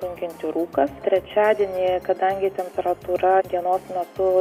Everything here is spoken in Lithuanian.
sunkinti rūkas trečiadienį kadangi temperatūra dienos metu